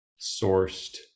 sourced